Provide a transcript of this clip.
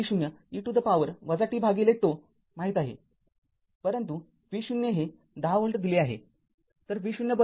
आता v v0 e to the power tτ माहीत आहे परंतु v0 हे १० व्होल्ट दिले आहे